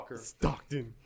Stockton